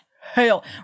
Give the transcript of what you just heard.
hell